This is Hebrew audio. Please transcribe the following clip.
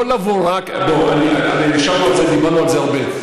לא לבוא רק, ישבנו על זה, דיברנו על זה הרבה.